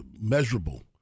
measurable